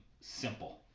simple